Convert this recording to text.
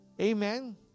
Amen